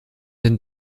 den